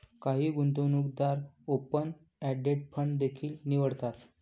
काही गुंतवणूकदार open ended fund देखील निवडतात